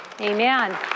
Amen